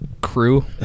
crew